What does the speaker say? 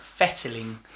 fettling